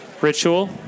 Ritual